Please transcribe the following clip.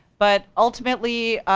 but ultimately,